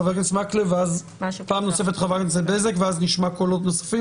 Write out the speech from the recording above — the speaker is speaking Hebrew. חבר הכנסת מקלב ואז פעם נוספת חברת הכנסת בזק ואז נשמע קולות נוספים